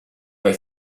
they